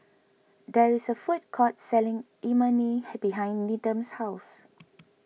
there is a food court selling Imoni behind Needham's house